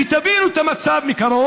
מחברי הכנסת, כדי שתבינו את המצב מקרוב,